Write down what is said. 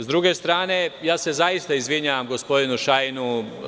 Sa druge strane, zaista se izvinjavam gospodinu Šajnu.